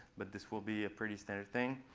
but this will be a pretty standard thing.